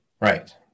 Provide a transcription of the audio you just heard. Right